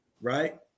Right